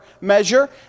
measure